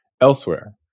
Elsewhere